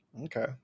Okay